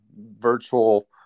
virtual